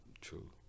True